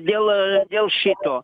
dėl dėl šito